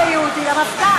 הוא לקח אותך לבית היהודי,